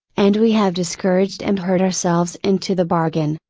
and we have discouraged and hurt ourselves into the bargain.